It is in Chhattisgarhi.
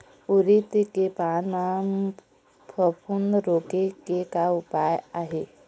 उरीद के पान म फफूंद रोके के का उपाय आहे?